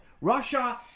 Russia